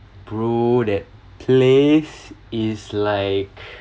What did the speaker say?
bro that place is like